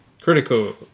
Critical